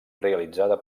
realitzada